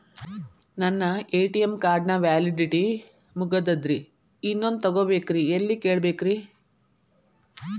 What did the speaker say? ನನ್ನ ATM card ನ validity ಮುಗದದ್ರಿ ಇನ್ನೊಂದು ತೊಗೊಬೇಕ್ರಿ ಎಲ್ಲಿ ಕೇಳಬೇಕ್ರಿ?